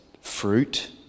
Fruit